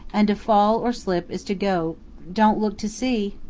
and to fall or slip is to go don't look to see!